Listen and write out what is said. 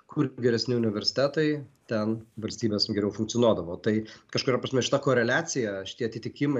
kur geresni universitetai ten valstybės geriau funkcionuodavo taip kažkuria prasme šita koreliacija šitie atitikimai